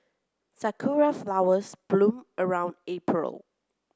sakura flowers bloom around April